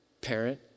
parent